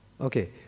Okay